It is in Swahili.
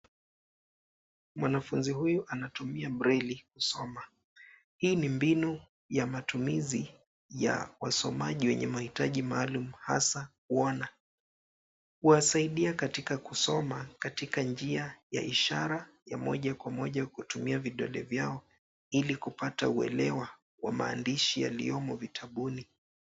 Mwanafunzi huyu anatumia breli kusoma. Hii ni mbinu ya matumizi ya wasomaji wenye mahitaji maalum hasa kuona. Huwasaidia katika kusoma katika njia ya ishara ya moja kwa moja kutumia vidole vyao ili kupata uelewa wa maandishi yaliyomo vitabuni.